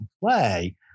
play